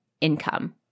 income